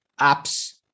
apps